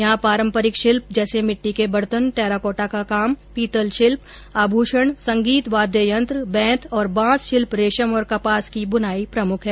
यहां पारम्परिक शिल्प जैसे मिट्टी के बर्तन टैराकोटा का काम पीतल शिल्प आभूषण संगीत वाद्य यंत्र बेंत और बांस शिल्प रेशम और कपास की बुनाई प्रमुख हैं